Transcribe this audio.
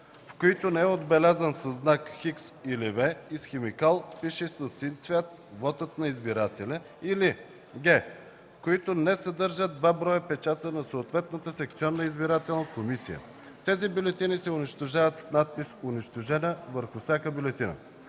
в които не е отбелязан със знак „Х” или „V” и с химикал, пишещ със син цвят, вотът на избирателя, или г) които не съдържат два броя печата на съответната секционна избирателна комисия; тези бюлетини се унищожават с надпис „унищожена” върху всяка бюлетина;